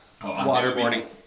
Waterboarding